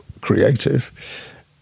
creative